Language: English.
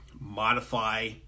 modify